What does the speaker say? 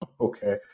Okay